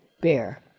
Bear